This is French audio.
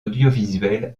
audiovisuel